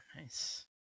Nice